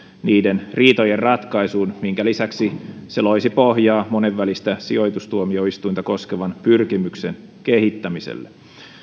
niiden riitojen ratkaisuun minkä lisäksi se loisi pohjaa monenvälistä sijoitustuomioistuinta koskevan pyrkimyksen kehittämiselle